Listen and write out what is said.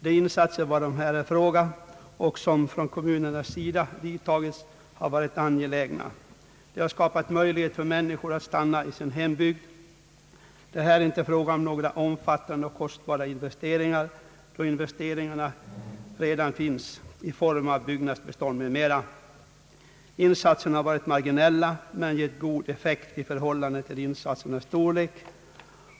De insatser varom här är fråga och som av kommunerna vidtagits har varit angelägna. De har skapat möjligheter för människor att stanna i sin hembygd. Det är här inte fråga om några omfattande och kostsamma investeringar, då sådana redan föreligger i form av byggnadsbestånd m.m. Insatserna har varit marginella men har gett god effekt i förhållande till sin storlek.